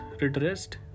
redressed